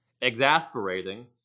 exasperating